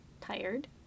tired